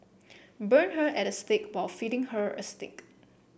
burn her at the stake while feeding her a steak